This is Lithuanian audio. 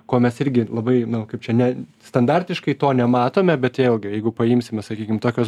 ko mes irgi labai nu kaip čia ne standartiškai to nematome bet vėlgi jeigu paimsime sakykim tokios